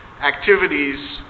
activities